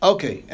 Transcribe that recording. Okay